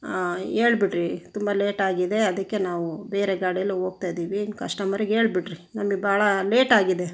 ಹೇಳ್ಬಿಡ್ರಿ ತುಂಬ ಲೇಟಾಗಿದೆ ಅದಕ್ಕೆ ನಾವು ಬೇರೆ ಗಾಡಿಯಲ್ಲಿ ಹೋಗ್ತಾ ಇದ್ದೀವಿ ಕಸ್ಟಮರಿಗೆ ಹೇಳ್ ಬಿಡಿರಿ ನಮಗ್ ಭಾಳ ಲೇಟಾಗಿದೆ